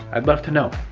i'd love to know.